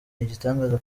igitangaza